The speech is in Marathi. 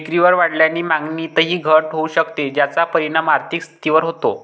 विक्रीकर वाढल्याने मागणीतही घट होऊ शकते, ज्याचा परिणाम आर्थिक स्थितीवर होतो